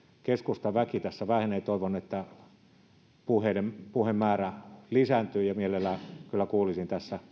keskustan väki tässä vähenee toivon että puhemäärä lisääntyy ja mielelläni kyllä kuulisin